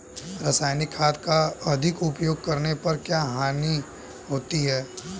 रासायनिक खाद का अधिक प्रयोग करने पर क्या हानि होती है?